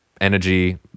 energy